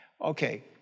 Okay